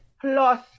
plus